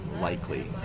likely